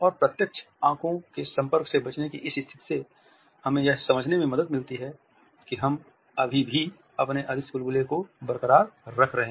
और प्रत्यक्ष आंखों के संपर्क से बचने की इस स्थिति से हमें यह समझने में मदद मिलती है कि हम अभी भी अपने अदृश्य बुलबुले को बरकरार रख रहे हैं